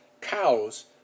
cows